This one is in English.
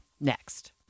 Next